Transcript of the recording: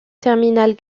terminal